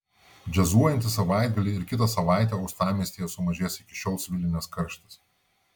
džiazuojantį savaitgalį ir kitą savaitę uostamiestyje sumažės iki šiol svilinęs karštis